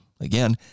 Again